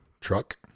truck